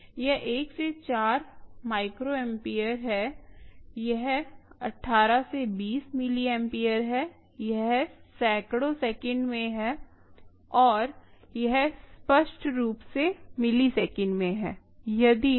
यह 1 से 4 माइक्रोएम्पईयर है यह 18 से 20 मिलीएम्पईयर है यह सैकड़ों सेकंड में है और यह स्पष्ट रूप से मिलीसेकंड में है